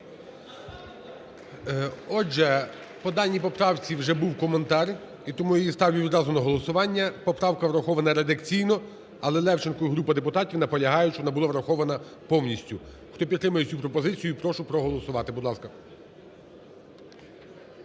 Отже, по даній поправці вже був коментар, і тому її ставлю відразу на голосування. Поправка врахована редакційно, але Левченко і група депутатів наполягають, щоб вона була врахована повністю. Хто підтримує цю пропозицію, прошу проголовувати.